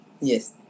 Yes